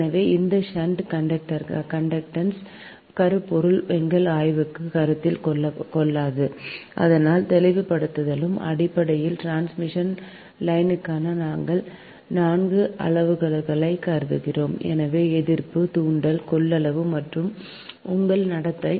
எனவே இந்த shunt conductance கருப்பொருள் எங்கள் ஆய்வுக்கு கருத்தில் கொள்ளாது ஆனால் தெளிவுபடுத்தலுக்காக அடிப்படையில் டிரான்ஸ்மிஷன் லைனுக்காக நாங்கள் நான்கு அளவுருக்களைக் கருதுகிறோம் எனவே எதிர்ப்பு தூண்டல் கொள்ளளவு மற்றும் உங்கள் நடத்தை